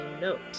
note